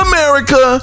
America